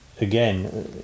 again